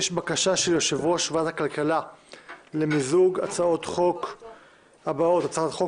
יש בקשה של יו"ר ועדת הכלכלה למיזוג הצעות החוק הבאות: הצעת חוק